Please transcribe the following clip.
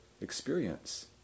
experience